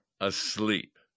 asleep